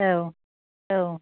औ औ